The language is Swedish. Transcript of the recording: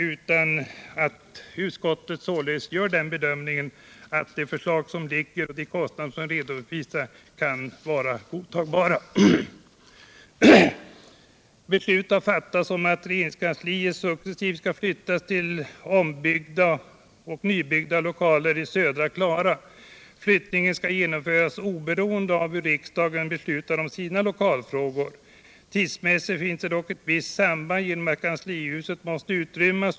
Enligt utskottets mening är kostnaderna för det föreslagna ombyggnadsprojektet godtagbara.